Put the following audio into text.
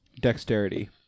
dexterity